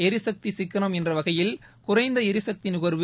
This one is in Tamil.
எரிகக்தி சிக்கனம் என்ற வகையில் குறைந்த எரிகக்தி நுகர்வு